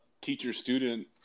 teacher-student